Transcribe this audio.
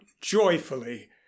joyfully